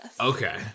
Okay